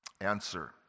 Answer